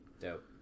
Dope